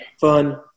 fun